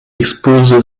expose